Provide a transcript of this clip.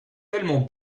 tellement